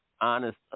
honest